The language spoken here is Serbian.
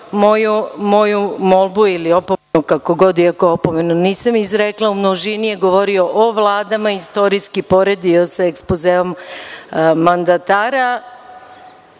moju molbu ili opomenu, kako god, iako opomenu nisam izrekla. U množini je govorio o vladama, istorijski poredio sa ekspozeom mandatara